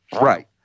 Right